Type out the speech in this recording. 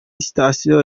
sitasiyo